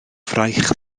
fraich